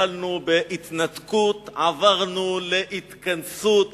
התחלנו בהתנתקות, עברנו להתכנסות,